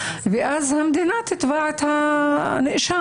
ואז המדינה תתבע את הנאשם?